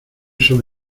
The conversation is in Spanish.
sola